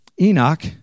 Enoch